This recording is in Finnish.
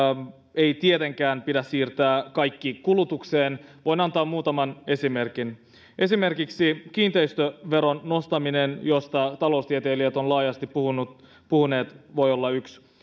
ei tietenkään pidä siirtää kaikkea kulutukseen voin antaa muutaman esimerkin esimerkiksi kiinteistöveron nostaminen josta taloustieteilijät ovat laajasti puhuneet voi olla yksi